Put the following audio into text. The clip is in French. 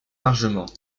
largement